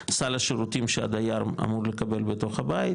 סל השירותים שהדייר אמור לקבל בתוך הבית